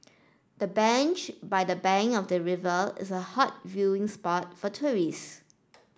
the bench by the bank of the river is a hot viewing spot for tourists